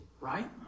right